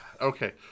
Okay